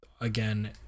again